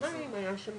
הישיבה